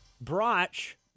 Brach